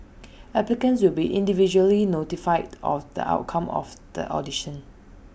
applicants will be individually notified on the outcome of the audition